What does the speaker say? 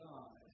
God